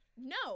No